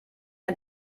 hat